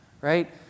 right